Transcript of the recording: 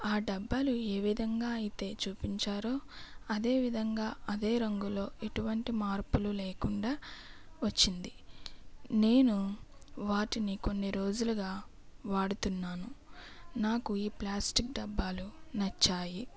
ఆ డబ్బాలు ఏవిధంగా అయితే చూపించారో అదే విధంగా అదే రంగులో ఎటువంటి మార్పులు లేకుండా వచ్చింది నేను వాటిని కొన్ని రోజులగా వాడుతున్నాను నాకు ఈ ప్లాస్టిక్ డబ్బాలు నచ్చాయి